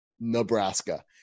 Nebraska